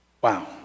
wow